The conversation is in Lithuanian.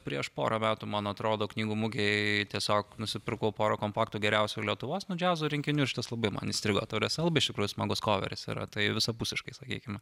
prieš porą metų man atrodo knygų mugėj tiesiog nusipirkau porą kompaktų geriausio lietuvos nu džiazo rinkinių ir šitas labai man įstrigo ta prasme labai iš tikrųjų smagus koveris yra tai visapusiškai sakykime